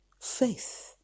faith